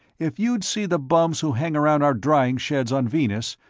if you'd see the bums who hang around our drying sheds, on venus,